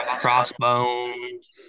Crossbones